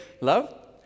love